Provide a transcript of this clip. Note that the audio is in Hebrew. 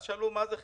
שאלו מה זה חינוך?